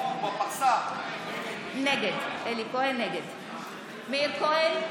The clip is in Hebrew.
נגד מאיר כהן,